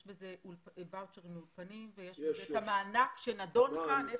יש ואוצ'רים לאולפנים ויש בזה את המענק שנדון כאן.